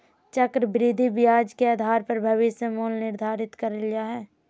चक्रविधि ब्याज के आधार पर भविष्य मूल्य निर्धारित करल जा हय